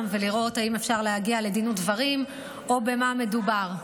ולראות אם אפשר להגיע לדין ודברים או במה מדובר.